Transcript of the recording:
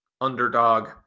underdog